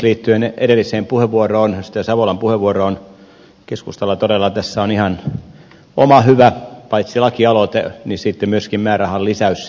liittyen edelliseen puheenvuoroon edustaja savolan puheenvuoroon keskustalla todella tässä on ihan oma hyvä paitsi lakialoite myöskin määrärahan lisäysesitys